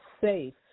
safe